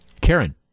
karen